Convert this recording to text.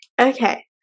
Okay